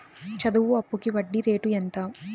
చదువు అప్పుకి వడ్డీ రేటు ఎంత?